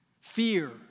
Fear